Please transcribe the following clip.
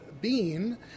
bean